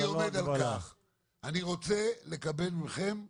-- אני רוצה לקבל מכם לוועדה,